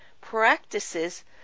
practices